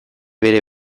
bere